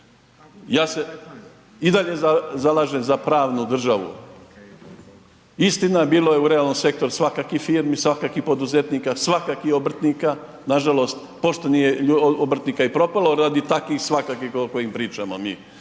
Ja se i dalje zalažem za pravnu državu. Istina bilo je u realnom sektoru svakakvih firmi, svakakvih poduzetnika, svakakvih obrtnika. Nažalost poštenih je obrtnika i propalo radi takvih svakakvih koliko im pričamo mi.